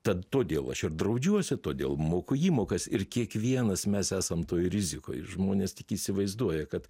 tad todėl aš ir draudžiuosi todėl moku įmokas ir kiekvienas mes esam toj rizikoj žmonės tik įsivaizduoja kad